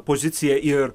pozicija ir